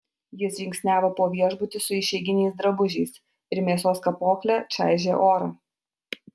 jis žingsniavo po viešbutį su išeiginiais drabužiais ir mėsos kapokle čaižė orą